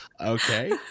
Okay